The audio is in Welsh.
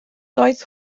doedd